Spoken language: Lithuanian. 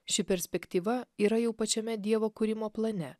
ši perspektyva yra jau pačiame dievo kūrimo plane